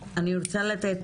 אני רוצה לתת